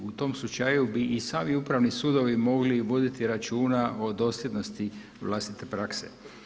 U tom slučaju bi i sami upravni sudovi mogli voditi računa o dosljednosti vlastite prakse.